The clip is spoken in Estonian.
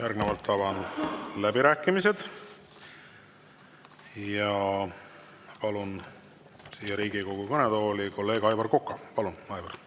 Järgnevalt avan läbirääkimised ja palun siia Riigikogu kõnetooli kolleeg Aivar Koka. Palun, Aivar!